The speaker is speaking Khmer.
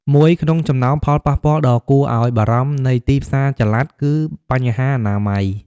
មួយក្នុងចំណោមផលប៉ះពាល់ដ៏គួរឲ្យបារម្ភនៃទីផ្សារចល័ត គឺបញ្ហាអនាម័យ។